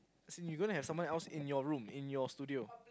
as in you gonna have someone else in your room in your studio